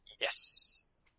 Yes